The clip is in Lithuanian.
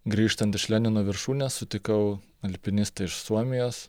grįžtant iš lenino viršūnės sutikau alpinistą iš suomijos